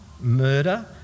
murder